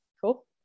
Cool